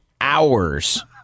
hours